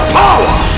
power